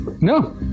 No